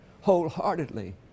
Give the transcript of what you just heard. wholeheartedly